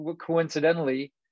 coincidentally